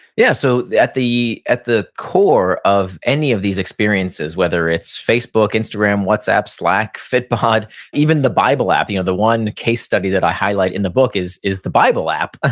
yeah. so at the at the core of any of these experiences, whether it's facebook, instagram, whatsapp, slack, fitbod, even the bible app you know the one case study that i highlight in the book is is the bible app, ah